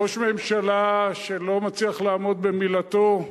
ראש ממשלה שלא מצליח לעמוד במילתו,